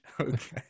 Okay